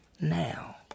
now